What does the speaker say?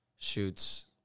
Shoots –